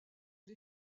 les